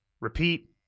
repeat